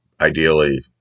ideally